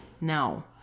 Now